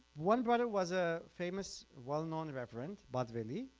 one brother was a famous well known reverend, badveli,